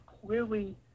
Clearly